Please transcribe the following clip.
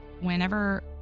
whenever